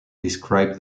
described